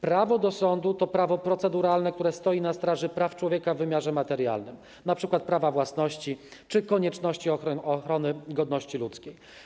Prawo do sądu to prawo proceduralne, które stoi na straży praw człowieka w wymiarze materialnym, np. prawa własności, czy konieczności ochrony godności ludzkiej.